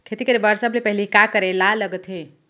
खेती करे बर सबले पहिली का करे ला लगथे?